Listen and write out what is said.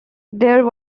there